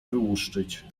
wyłuszczyć